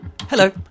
Hello